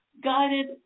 guided